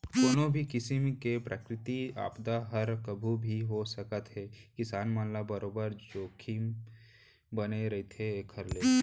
कोनो भी किसिम के प्राकृतिक आपदा हर कभू भी हो सकत हे किसान मन ल बरोबर जोखिम बने रहिथे एखर ले